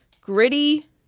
gritty